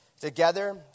together